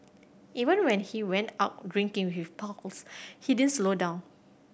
even when he went out drinking with his pals he didn't slow down